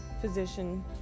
physician